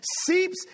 seeps